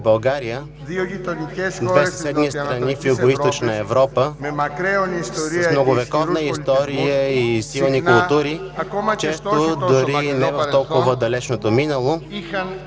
България – две съседни страни в Югоизточна Европа, с многовековна история и силни култури, често, дори и в не толкова далечното минало,